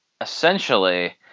essentially